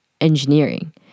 engineering